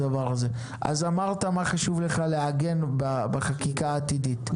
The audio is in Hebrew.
אמרת מה חשוב לך לעגן בחקיקה העתידית.